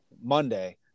Monday